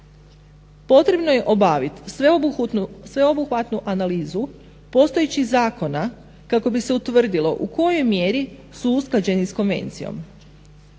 Potrebno je obaviti sveobuhvatnu analizu postojećih zakona kako bi se utvrdilo u kojoj mjeri su usklađeni s konvencijom.